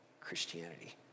Christianity